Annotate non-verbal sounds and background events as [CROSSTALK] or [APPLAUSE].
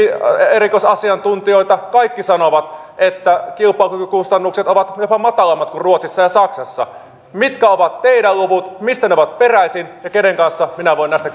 erikoisasiantuntijoita kaikki sanovat että kilpailukykykustannukset ovat jopa matalammat kuin ruotsissa ja saksassa mitkä ovat teidän lukunne mistä ne ovat peräisin ja kenen kanssa minä voin näistä [UNINTELLIGIBLE]